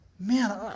Man